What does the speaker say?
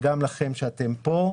וגם לכם שאתם פה.